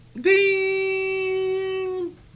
Ding